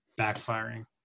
backfiring